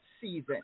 season